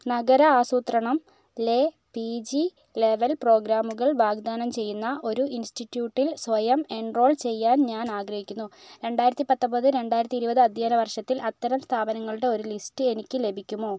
നഗര ആസൂത്രണത്തിലെ PG level പ്രോഗ്രാമുകൾ വാഗ്ദാനം ചെയ്യുന്ന ഒരു ഇൻസ്റ്റിറ്റ്യൂട്ടിൽ സ്വയം എൻറോൾ ചെയ്യാൻ ഞാൻ ആഗ്രഹിക്കുന്നു രണ്ടായിരത്തിപ്പത്തൊമ്പത് രണ്ടായിരത്തി ഇരുപത് അധ്യയന വർഷത്തിൽ അത്തരം സ്ഥാപനങ്ങളുടെ ഒരു ലിസ്റ്റ് എനിക്ക് ലഭിക്കുമോ